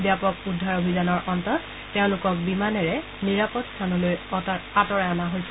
ব্যাপক উদ্ধাৰ অভিযানৰ অন্তত তেওঁলোকক বিমানেৰে নিৰাপদ স্থানলৈ আঁতৰাই অনা হৈছে